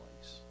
place